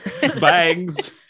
bangs